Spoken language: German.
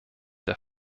der